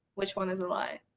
which one is the lie?